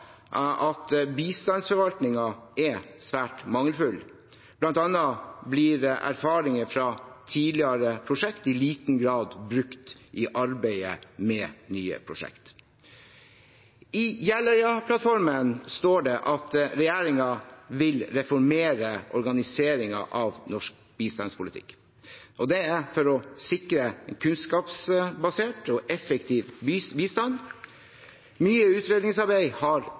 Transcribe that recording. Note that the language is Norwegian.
at bistandsforvaltningen er svært mangelfull. Blant annet blir erfaringer fra tidligere prosjekter i liten grad brukt i arbeidet med nye prosjekter. I Jeløya-plattformen står det at regjeringen vil reformere organiseringen av norsk bistandspolitikk for å sikre en kunnskapsbasert og effektiv bistand. Mye utredningsarbeid har